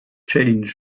change